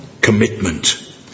commitment